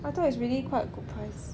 I thought it's really quite good price